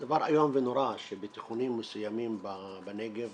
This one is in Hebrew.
דבר איום ונורא שבתיכונים מסוימים בנגב